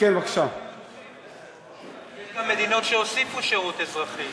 יש גם מדינות שהוסיפו שירות אזרחי.